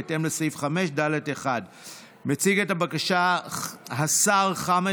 בהתאם לסעיף 5(ד)(1) לחוק נכסי